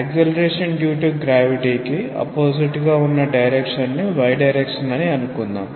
acceleration due to gravity కి opposite గా ఉన్న డైరెక్షన్ ని y డైరెక్షన్ అని అనుకుందాం